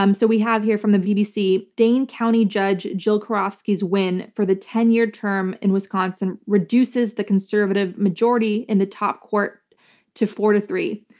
um so we have here from the bbc, dane county judge jill karofsky's win for the ten year term in wisconsin reduces the conservative majority in the top court to four to three.